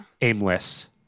aimless